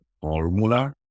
formula